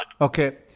okay